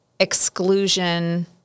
exclusion